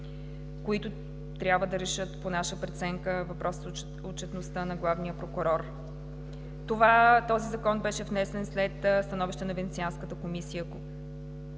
които трябва да решат, по наша преценка, въпроса за отчетността на главния прокурор. Този закон беше внесен след становище на Венецианската комисия,